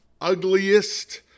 ugliest